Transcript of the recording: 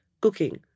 cooking